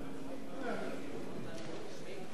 הספד למדינת ישראל הדמוקרטית.